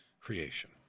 creation